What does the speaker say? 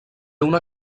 una